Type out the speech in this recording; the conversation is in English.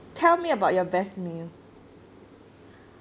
tell me about your best meal